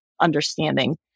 understanding